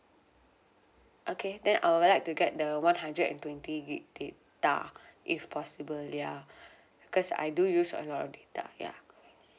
okay then I would like to get the one hundred and twenty gig data if possible ya cause I do use a lot of data ya